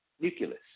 nucleus